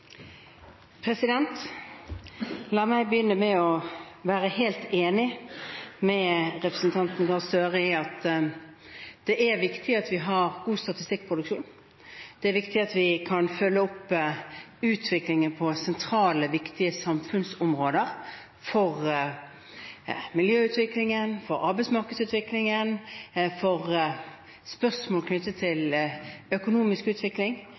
La meg begynne med å være helt enig med representanten Gahr Støre i at det er viktig at vi har god statistikkproduksjon. Det er viktig at vi kan følge opp utviklingen på sentrale, viktige samfunnsområder – miljøutviklingen, arbeidsmarkedsutviklingen og spørsmål knyttet til økonomisk utvikling.